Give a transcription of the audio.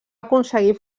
aconseguir